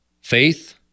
faith